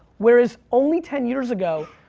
whereas only ten years ago,